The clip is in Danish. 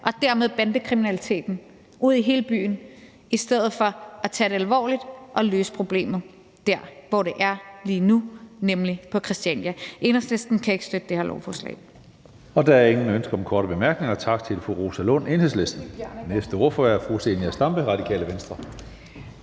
og dermed bandekriminaliteten ud i hele byen i stedet for at tage det alvorligt og løse problemet der, hvor det er lige nu, nemlig på Christiania. Enhedslisten kan ikke støtte det her lovforslag.